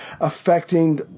affecting